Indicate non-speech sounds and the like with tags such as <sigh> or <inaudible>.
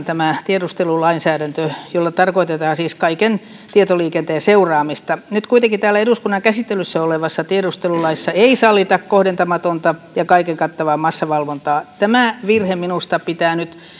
<unintelligible> tämä tiedustelulainsäädäntö usein massavalvontaan jolla tarkoitetaan siis kaiken tietoliikenteen seuraamista nyt kuitenkin täällä eduskunnan käsittelyssä olevassa tiedustelulaissa ei sallita kohdentamatonta ja kaiken kattavaa massavalvontaa tämä virhe minusta pitää nyt